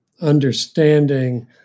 understanding